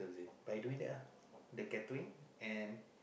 by doing that uh the catering and